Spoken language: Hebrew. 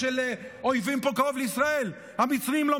ושוב, עוד סבב, ועוד סבב, לא רוצים סבבים.